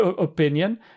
opinion